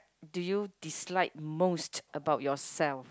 do you dislike most about yourself